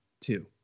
two